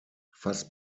fast